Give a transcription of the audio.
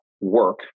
work